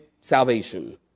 salvation